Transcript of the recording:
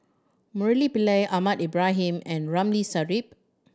Murali Pillai Ahmad Ibrahim and Ramli Sarip